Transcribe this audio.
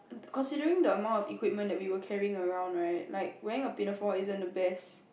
considering the amount of equipment that we were carrying around right like wearing a pinafore isn't the best